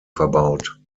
verbaut